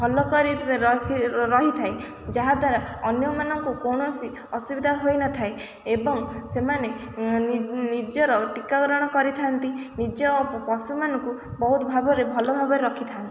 ଭଲ କରି ରହିଥାଏ ଯାହାଦ୍ୱାରା ଅନ୍ୟମାନଙ୍କୁ କୌଣସି ଅସୁବିଧା ହୋଇନଥାଏ ଏବଂ ସେମାନେ ନିଜର ଟୀକାକରଣ କରିଥାନ୍ତି ନିଜ ପଶୁମାନଙ୍କୁ ବହୁତ ଭାବରେ ଭଲ ଭାବରେ ରଖିଥାନ୍ତି